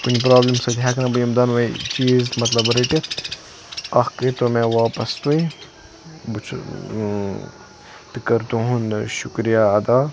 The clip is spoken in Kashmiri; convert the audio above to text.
کُنہِ پرابلم سۭتۍ ہیٚکہٕ نہٕ بہٕ یِم دۄنواے چیٖز مَطلَب رٔٹِتھ اکھ کٔر تو مےٚ واپس تُہۍ بہٕ چھُس بہٕ کَرٕ تُہُنٛد شُکریہ ادا